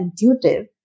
intuitive